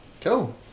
cool